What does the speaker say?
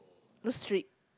no street